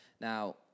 Now